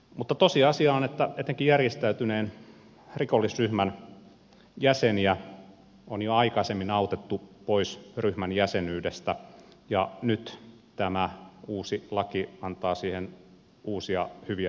mutta tosiasia on että etenkin järjestäytyneen rikollisryhmän jäseniä on jo aikaisemmin autettu pois ryhmän jäsenyydestä ja nyt tämä uusi laki antaa siihen uusia hyviä työkaluja